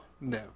No